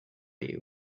you